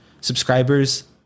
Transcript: subscribers